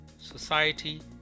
society